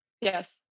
Yes